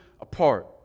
apart